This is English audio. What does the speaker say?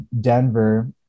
Denver